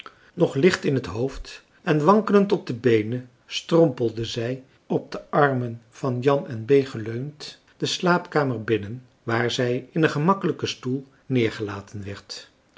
nog licht in het hoofd en wankelend op de beenen strompelde zij op de armen van jan en bee geleund de slaapkamer binnen waar zij in een gemakkelijken stoel neergelaten werd